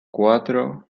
cuatro